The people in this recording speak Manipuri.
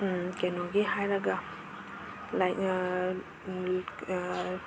ꯀꯩꯅꯣꯒꯤ ꯍꯥꯏꯔꯒ